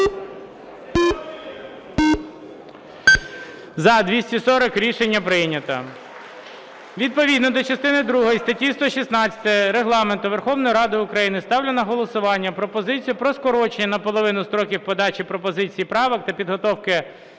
За-240 Рішення прийнято. Відповідно до частини другої статті 116 Регламенту Верховної Ради України ставлю на голосування пропозицію про скорочення наполовину строків подачі пропозицій і правок та підготовки